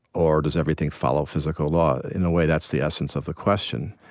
or does everything follow physical law? in a way, that's the essence of the question.